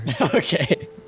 Okay